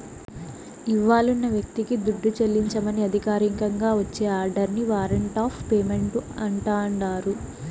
ఇవ్వాలున్న వ్యక్తికి దుడ్డు చెల్లించమని అధికారికంగా వచ్చే ఆర్డరిని వారంట్ ఆఫ్ పేమెంటు అంటాండారు